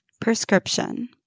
prescription